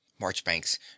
marchbanks